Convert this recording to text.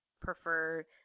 prefer